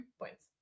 points